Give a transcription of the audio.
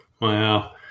Wow